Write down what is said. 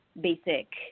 basic